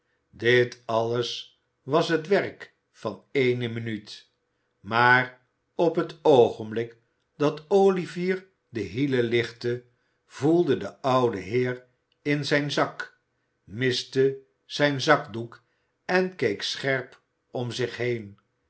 dit alles was het werk van eene minuut maar op het oogenblik dat olivier de hielen lichtte voelde de oude heer in zijn zak miste zijn zakdoek en keek scherp om zich heen